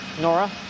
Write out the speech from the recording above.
Nora